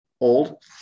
old